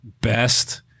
best